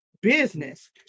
business